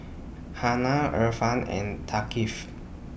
Hana Irfan and Thaqif